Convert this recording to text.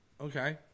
Okay